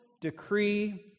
decree